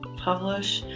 publish.